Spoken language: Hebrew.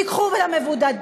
תיקחו את המבודדות,